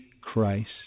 Christ